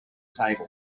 table